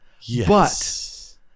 Yes